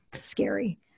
scary